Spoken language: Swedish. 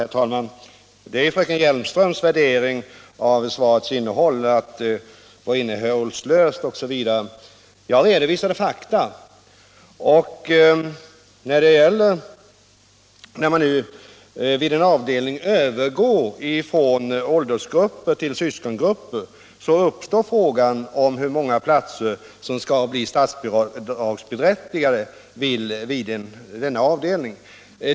Herr talman! Det är fröken Hjelmströms värdering av svaret, att det var innehållslöst osv. — men jag redovisade fakta. När man vid en avdelning övergår från åldersgrupper till syskongrupper uppstår frågan om hur många platser som skall bli statsbidragsberättigade vid denna avdelning.